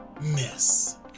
Miss